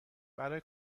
برای